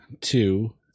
two